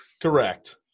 Correct